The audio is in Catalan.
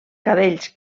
cadells